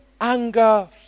anger